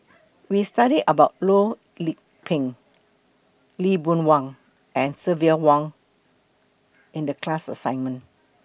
We studied about Loh Lik Peng Lee Boon Wang and Silvia Yong in The class assignment